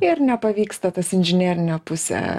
ir nepavyksta tas inžinerinė pusė